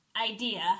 idea